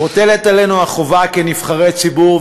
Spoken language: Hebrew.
מוטלת עלינו החובה כנבחרי ציבור,